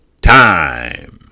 Time